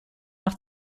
nach